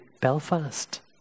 belfast